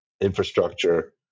infrastructure